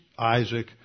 Isaac